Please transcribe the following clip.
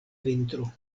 vintro